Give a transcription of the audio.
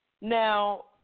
Now